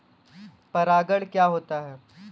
परागण क्या होता है?